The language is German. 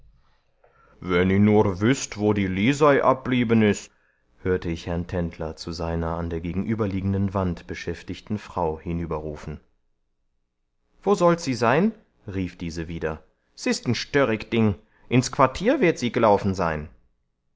wenn i nur wüßt wo die lisei abblieben ist hörte ich herrn tendler zu seiner an der gegenüberliegenden wand beschäftigten frau hinüberrufen wo sollt sie sein rief diese wieder s ist n störrig ding ins quartier wird sie gelaufen sein